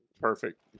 perfect